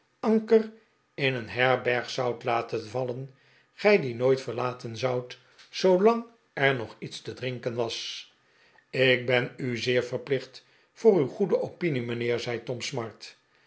anker in een herberg zoudt laten vallen gij die nooit verlaten zoudt zoolang er nog iets te drinken was ik ben u zeer verplicht voor uw goede opinie mijnheer zei tom smart